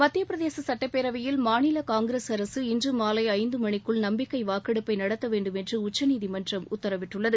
மத்திய பிரதேச சட்டப்பேரவையில் மாநில காங்கிரஸ் அரசு இன்று மாலை ஐந்து மணிக்குள் நம்பிக்கை வாக்கெடுப்பை நடத்த வேண்டும் என்று உச்சநீதிமன்றம் உத்தரவிட்டுள்ளது